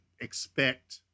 expect